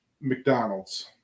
McDonald's